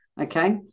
okay